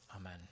Amen